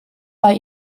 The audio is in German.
bei